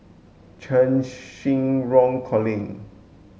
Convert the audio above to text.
Cheng Xinru Colin